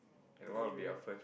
I know weird